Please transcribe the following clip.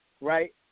right